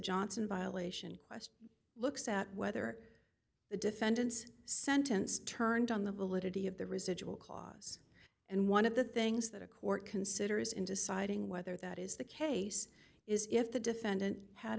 johnson violation question looks at whether the defendant's sentence turned on the validity of the residual clause and one of the things that a court considers in deciding whether that is the case is if the defendant had